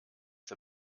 der